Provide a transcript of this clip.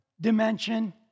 dimension